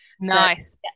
Nice